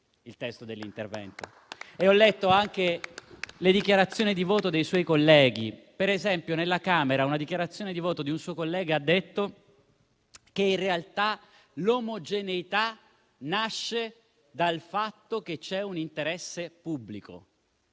e anche le dichiarazioni di voto dei suoi colleghi. Per esempio, alla Camera, in una dichiarazione di voto, un suo collega ha detto che in realtà l'omogeneità nasce dal fatto che c'è un interesse pubblico.